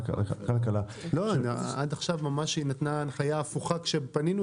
יחדל לכהן לפני תחום תקופת כהונתו,